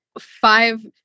five